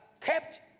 kept